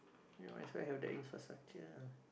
ya that's why have the infrastructure